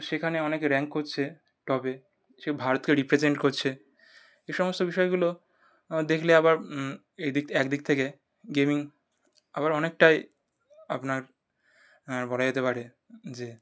সেখানে অনেকে র্যাঙ্ক করছে টপে সে ভারতকে রিপ্রেজেন্ট করছে এ সমস্ত বিষয়গুলো দেখলে আবার এই দিক একদিক থেকে গেমিং আবার অনেকটাই আপনার বলা যেতে পারে যে